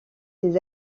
ses